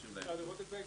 אפשר לראות את זה.